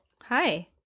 hi